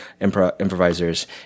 improvisers